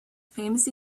famous